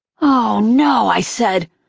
oh no! i said,